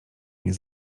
mnie